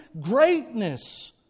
greatness